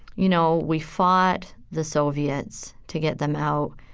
you know, we fought the soviets to get them out.